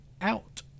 out